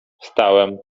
stałem